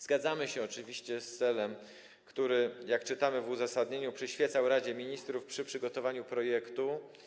Zgadzamy się oczywiście z celem, który, jak czytamy w uzasadnieniu, przyświecał Radzie Ministrów przy przygotowaniu projektu.